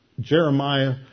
Jeremiah